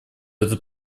этот